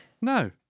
No